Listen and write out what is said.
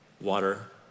Water